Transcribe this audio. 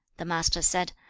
the master said,